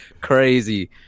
crazy